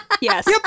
Yes